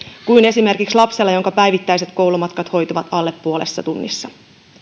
kuin esimerkiksi lapsella jonka päivittäiset koulumatkat hoituvat alle puolessa tunnissa